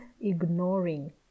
ignoring